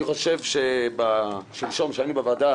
אני חושב ששלשום, כשהיינו בוועדה